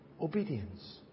Obedience